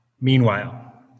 Meanwhile